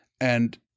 And-